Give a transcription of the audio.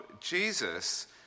Jesus